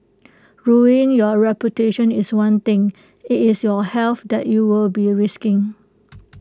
ruining your reputation is one thing IT is your health that you will be risking